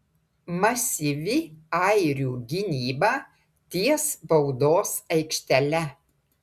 masyvi airių gynyba ties baudos aikštele